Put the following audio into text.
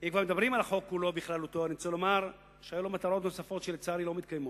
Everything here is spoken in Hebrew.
היו לו מטרות נוספות שלצערי לא מתקיימות.